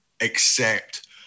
accept